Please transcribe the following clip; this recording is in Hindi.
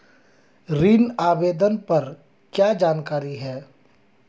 ऋण आवेदन पर क्या जानकारी है?